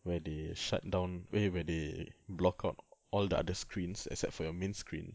where they shut down eh where they block on all the other screens except for your main screen